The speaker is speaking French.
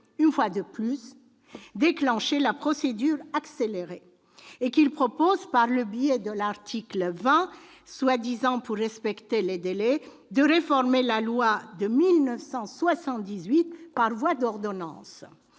une fois de plus, déclenché la procédure accélérée. Il propose en outre, par le biais de l'article 20, prétendument pour respecter les délais, de réformer la loi de 1978 par voie d'ordonnance.